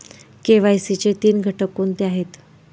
KYC चे तीन घटक कोणते आहेत?